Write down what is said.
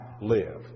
live